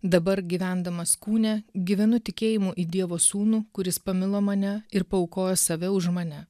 dabar gyvendamas kūne gyvenu tikėjimu į dievo sūnų kuris pamilo mane ir paaukojo save už mane